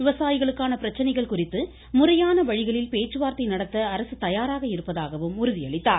விவசாயிகளுக்கான பிரச்சனைகள் குறித்து முறையான வழிகளில் பேச்சுவார்த்தை நடத்த அரசு தயாராக இருப்பதாகவும் அவர் உறுதி அளித்தார்